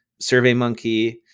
SurveyMonkey